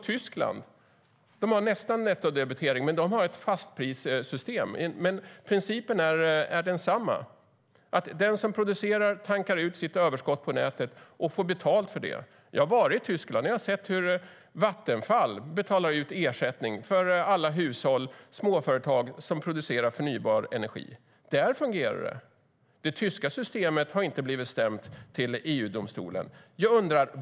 Tyskland har inte nettodebitering, men de har ett fastprissystem. Principen är dock densamma. Den som producerar tankar ut sitt överskott på nätet och får betalt för det. Jag har varit i Tyskland och sett hur Vattenfall betalar ut ersättning till alla hushåll och småföretag som producerar förnybar energi. Där fungerar det. Det tyska systemet har inte blivit stämt av EU-domstolen.